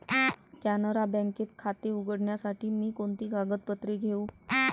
कॅनरा बँकेत खाते उघडण्यासाठी मी कोणती कागदपत्रे घेऊ?